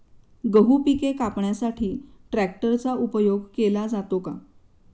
गहू पिके कापण्यासाठी ट्रॅक्टरचा उपयोग केला जातो का?